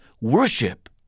worship